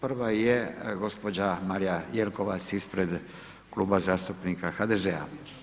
Prva je gđa. Marija Jelkovac ispred Kluba zastupnika HDZ-a.